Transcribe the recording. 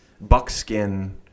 buckskin